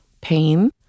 pain